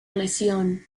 lesión